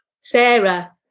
Sarah